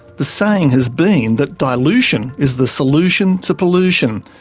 the saying has been that dilution is the solution to pollution,